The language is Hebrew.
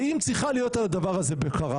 האם צריכה להיות על הדבר הזה בקרה?